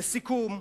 לסיכום: